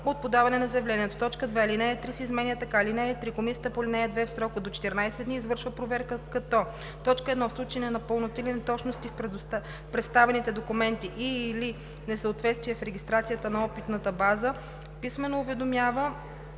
от подаване на заявлението“. 2. Алинея 3 се изменя така: „(3) Комисията по ал. 2 в срок до 14 дни извършва проверка, като: 1. в случай на непълноти или неточности в представените документи и/или несъответствие в регистрацията на опитната база писмено уведомява